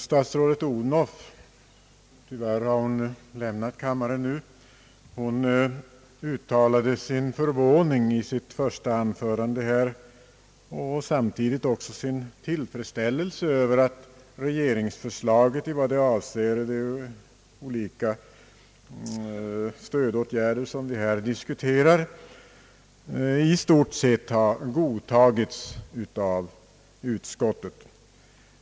Statsrådet Odhnoff — tyvärr har hon lämnat kammaren nu — uttalade i sitt första anförande förvåning och samtidigt tillfredsställelse över att regeringsförslaget, i vad det avser de olika stödåtgärder som vi här diskuterar, i stort sett har godtagits av utskottet.